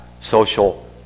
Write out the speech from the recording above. social